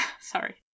Sorry